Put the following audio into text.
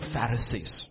Pharisees